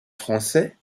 français